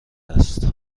است